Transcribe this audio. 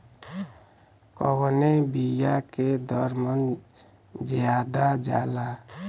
कवने बिया के दर मन ज्यादा जाला?